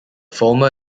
former